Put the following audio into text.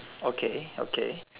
okay okay